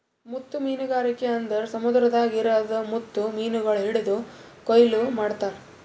ಮುತ್ತು ಮೀನಗಾರಿಕೆ ಅಂದುರ್ ಸಮುದ್ರದಾಗ್ ಇರದ್ ಮುತ್ತು ಮೀನಗೊಳ್ ಹಿಡಿದು ಕೊಯ್ಲು ಮಾಡ್ತಾರ್